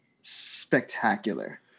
spectacular